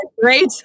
great